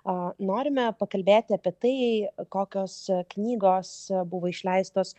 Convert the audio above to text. o norime pakalbėti apie tai kokios knygos buvo išleistos